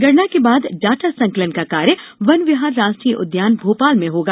गणना के बाद डाटा संकलन का कार्य वन विहार राष्ट्रीय उदयान भोपाल में होगा